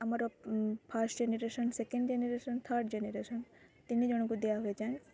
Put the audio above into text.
ଆମର first generation second generation third generation ତିନି ଜଣଙ୍କୁ ଦିଆହୁଏ ଚାନ୍ସ୍